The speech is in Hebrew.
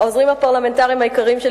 העוזרים הפרלמנטריים היקרים שלי,